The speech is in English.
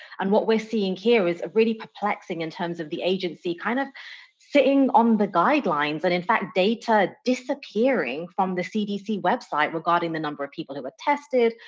and what we're seeing here is really perplexing in terms of the agency kind of sitting on the guidelines. and, in fact, data disappearing from the cdc website regarding the number of people who were tested,